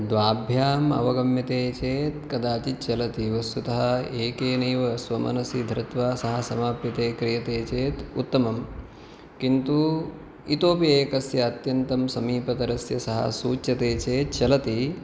द्वाभ्याम् अवगम्यते चेत् कदाचित् चलति वस्तुतः एकेनैव स्वमनसि धृत्वा सः समाप्यते क्रियते चेत् उत्तमं किन्तु इतोऽपि एकस्य अत्यन्तं समीपतरस्य सः सूच्यते चेत् चलति